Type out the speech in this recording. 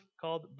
called